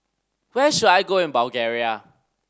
where should I go in Bulgaria